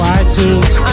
iTunes